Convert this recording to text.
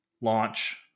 launch